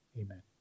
Amen